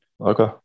Okay